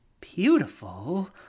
Beautiful